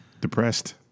Depressed